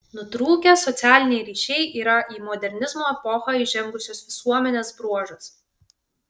nutrūkę socialiniai ryšiai yra į modernizmo epochą įžengusios visuomenės bruožas